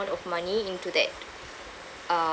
of money into that um